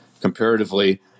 comparatively